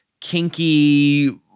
Kinky